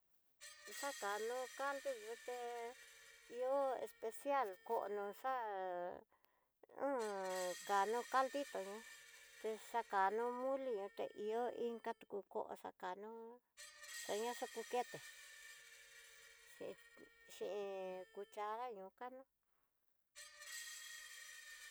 Exa kanó kando yuté iho especial, kono xa'a h kano kandí to'ñó, taxano mulí, unte ihó inkatu ko'oxa kanú ña xa kú keté xhi xhi kuxhara ñoó kaná.